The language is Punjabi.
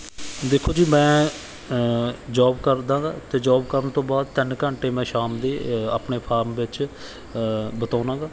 ਦੇਖੋ ਜੀ ਮੈਂ ਜੋਬ ਕਰਦਾ ਵਾ ਅਤੇ ਜੋਬ ਕਰਨ ਤੋਂ ਬਾਅਦ ਤਿੰਨ ਘੰਟੇ ਮੈਂ ਸ਼ਾਮ ਦੇ ਆਪਣੇ ਫਾਰਮ ਵਿੱਚ ਬਿਤਾਉਂਦਾ ਗਾ